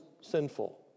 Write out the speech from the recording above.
sinful